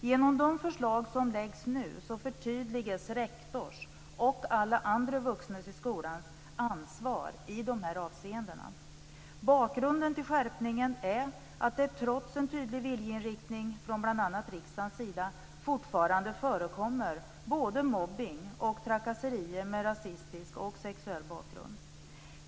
Genom de förslag som nu läggs fram förtydligas rektors, och alla andra vuxnas, ansvar i dessa avseenden. Bakgrunden till skärpningen är att det trots en tydlig viljeinriktning från bl.a. riksdagens sida fortfarande förekommer både mobbning och trakasserier med rasistisk och sexuell bakgrund.